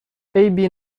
عیبی